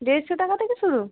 দেড়শো টাকা থেকে শুরু